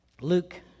Luke